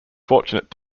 fortunate